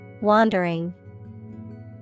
Wandering